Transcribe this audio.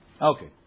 Okay